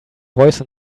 voice